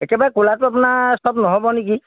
একেবাৰে ক'লাটো আপোনাৰ চব নহ'ব নেকি